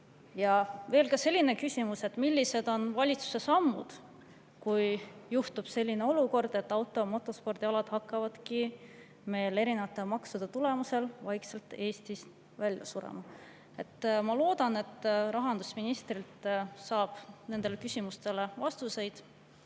Ja veel selline küsimus: millised on valitsuse sammud, kui juhtub selline olukord, et auto- ja motospordialad hakkavadki erinevate maksude tulemusel vaikselt Eestis välja surema? Ma loodan, et rahandusministrilt saab nendele küsimustele vastuseid